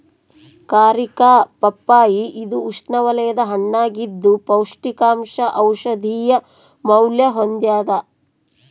ಕಾರಿಕಾ ಪಪ್ಪಾಯಿ ಇದು ಉಷ್ಣವಲಯದ ಹಣ್ಣಾಗಿದ್ದು ಪೌಷ್ಟಿಕಾಂಶ ಔಷಧೀಯ ಮೌಲ್ಯ ಹೊಂದ್ಯಾದ